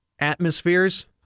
atmospheres